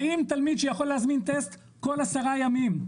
האם תלמיד שיכול להזמין טסט כל עשרה ימים,